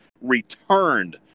returned